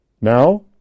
now